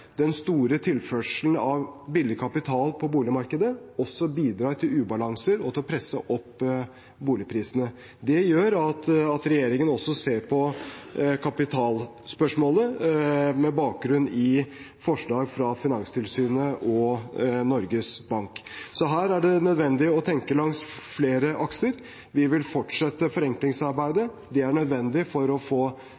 den store tilførselen av billig kapital på boligmarkedet bidrar til ubalanse og til å presse opp boligprisene. Det gjør at regjeringen også ser på kapitalspørsmålet med bakgrunn i forslag fra Finanstilsynet og Norges Bank. Her er det nødvendig å tenke langs flere akser. Vi vil fortsette forenklingsarbeidet.